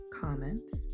comments